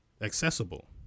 accessible